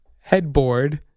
headboard